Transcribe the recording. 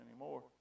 anymore